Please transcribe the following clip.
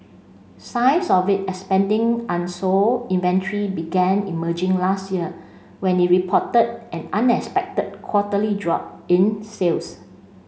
signs of its expanding unsold inventory began emerging last year when it reported an unexpected quarterly drop in sales